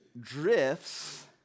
drifts